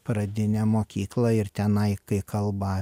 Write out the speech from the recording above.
pradinę mokyklą ir tenai kai kalba